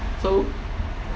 so